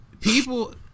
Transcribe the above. people